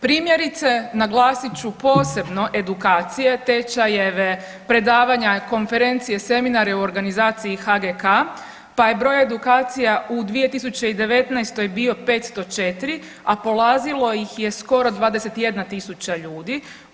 Primjerice naglasit ću posebno edukacije, tečajeve, predavanja, konferencije, seminare u organizaciji HGK, pa je broj edukacija u 2019. bio 504, a polazilo ih je skoro 21 000 ljudi.